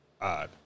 Odd